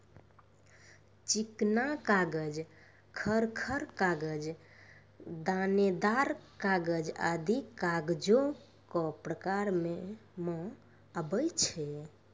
चिकना कागज, खर खर कागज, दानेदार कागज आदि कागजो क प्रकार म आवै छै